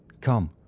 come